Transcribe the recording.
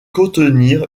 contenir